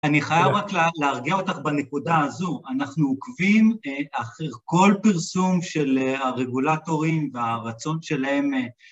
אני חייב רק להרגיע אותך בנקודה הזו, אנחנו עוקבים אחרי כל פרסום של הרגולטורים והרצון שלהם